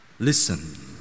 Listen